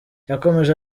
yakomeje